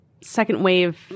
second-wave